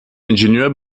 ingenieur